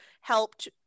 helped